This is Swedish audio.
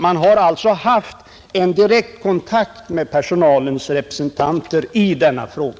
Man har alltså haft en direkt kontakt med personalens representanter i denna fråga.